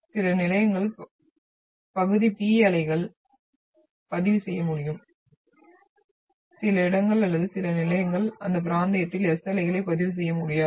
சில நிலையங்கள் பகுதி P அலைகளை பதிவு செய்ய முடியும் சில இடங்கள் அல்லது சில நிலையங்கள் அந்த பிராந்தியத்தில் S அலைகளை பதிவு செய்ய முடியாது